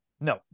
No